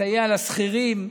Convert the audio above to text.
סיוע לשכירים,